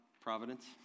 providence